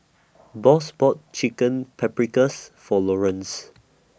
Boss bought Chicken Paprikas For Lorenz